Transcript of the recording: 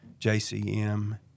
JCM